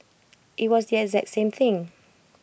IT was the exact same thing